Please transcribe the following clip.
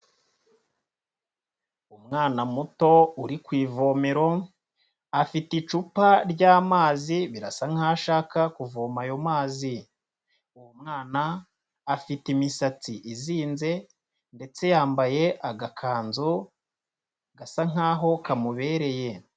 Umwana muto uri ku ivomero, afite icupa ry'amazi birasa nkaho ashaka kuvoma ayo mazi, uwo mwana afite imisatsi izinze ndetse yambaye agakanzu gasa nkaho kamubereye.